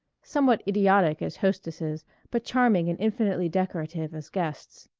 somewhat idiotic as hostesses but charming and infinitely decorative as guests.